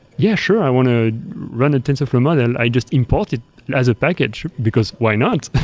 yeah, sure. i want to run a tensorflow model. i just important it as a backend, because why not?